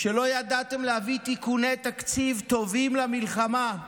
שלא ידעתם להביא תיקוני תקציב טובים למלחמה,